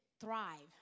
Thrive